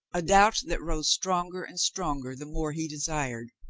a doubt that rose stronger and stronger the more he desired.